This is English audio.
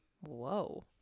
whoa